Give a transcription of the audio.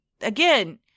again